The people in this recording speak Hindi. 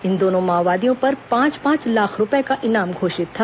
इन दोनों माओवादियों पर पांच पांच लाख रूपये का इनाम घोषित था